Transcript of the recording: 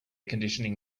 conditioning